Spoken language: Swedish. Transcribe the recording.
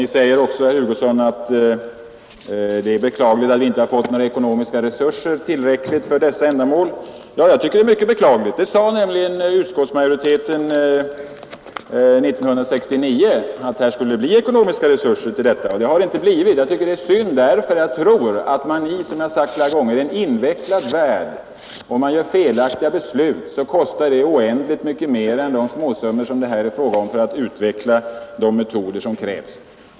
Ni säger också, herr Hugosson, att det är beklagligt att vi inte har fått tillräckliga ekonomiska resurser för detta ändamål. Jag tycker det är mycket beklagligt. Utskottsmajoriteten sade nämligen 1969 att det skulle bli ekonomiska resurser till detta. Det har det inte blivit. Jag tycker det är synd därför att jag tror att om man — som jag sagt flera gånger — i en invecklad värld fattar felaktiga beslut så kostar det oändligt mycket mer än de småsummor som det är fråga om för att utveckla de metoder som krävs.